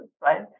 right